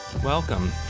Welcome